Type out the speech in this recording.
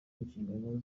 inshingano